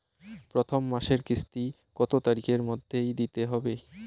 প্রথম মাসের কিস্তি কত তারিখের মধ্যেই দিতে হবে?